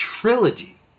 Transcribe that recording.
trilogy